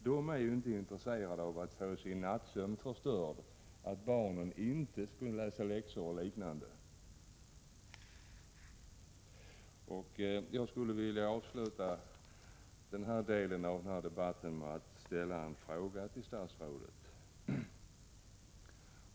De är ju inte intresserade av att få sin nattsömn förstörd, att barnen inte skall kunna läsa läxorna osv. Jag vill avsluta den här delen av debatten med att ställa en fråga till statsrådet.